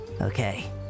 Okay